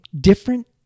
different